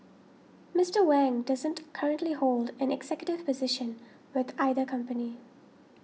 Mister Wang doesn't currently hold an executive position with either company